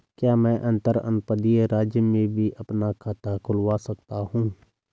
क्या मैं अंतर्जनपदीय राज्य में भी अपना खाता खुलवा सकता हूँ?